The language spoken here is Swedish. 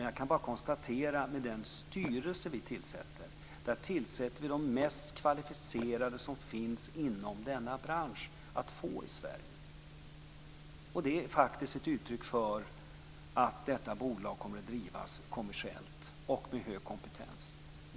Jag kan bara konstatera att i den styrelse som vi tillsätter, tillsätter vi de mest kvalificerade som finns att få inom denna bransch i Sverige. Det är faktiskt ett uttryck för att detta bolag kommer att drivas kommersiellt och med hög kompetens.